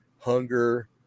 hunger